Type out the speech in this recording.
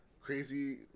Crazy